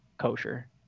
kosher